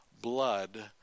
blood